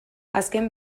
azken